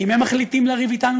אם הם מחליטים לריב איתנו,